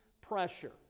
pressure